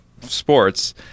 Sports